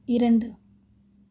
இரண்டு